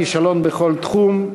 כישלון בכל תחום,